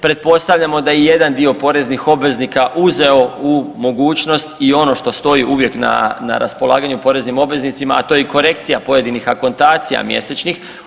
Pretpostavljamo da je jedan dio poreznih obveznika uzeo u mogućnost i ono što stoji uvijek na, na raspolaganju poreznim obveznicima, a to je korekcija pojedinih akontacija mjesečnih.